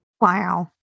Wow